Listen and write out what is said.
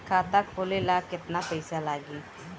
खाता खोले ला केतना पइसा लागी?